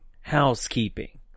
Housekeeping